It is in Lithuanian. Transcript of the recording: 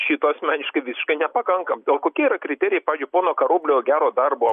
šito asmeniškai visiškai nepakanka o kokie yra kriterijai pavyzdžiui pono karoblio gero darbo